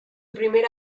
primera